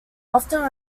often